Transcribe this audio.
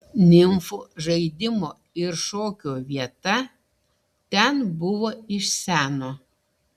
nimfų žaidimo ir šokio vieta ten buvo iš seno